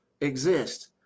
exist